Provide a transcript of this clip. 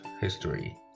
history